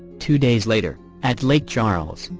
two days later, at lake charles,